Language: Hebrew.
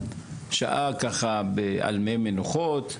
שעה ככה על מי מנוחות,